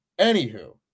Anywho